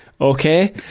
Okay